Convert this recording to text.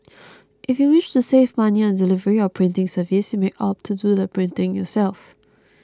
if you wish to save money on delivery or printing service you may opt to do the printing yourself